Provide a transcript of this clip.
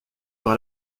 par